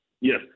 Yes